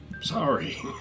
Sorry